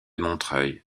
montreuil